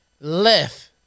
left